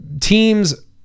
teams